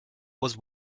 was